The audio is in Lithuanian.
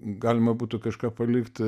galima būtų kažką palikti